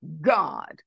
God